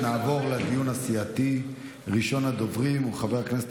אדוני היושב-ראש,